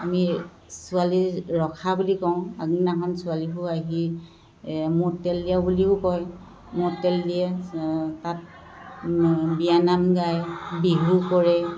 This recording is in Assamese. আমি ছোৱালী ৰখা বুলি কওঁ আগদিনাখন ছোৱালীবোৰ আহি মূৰত তেল দিয়া বুলিও কয় মূৰত তেল দিয়ে তাত বিয়ানাম গায় বিহু কৰে